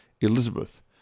Elizabeth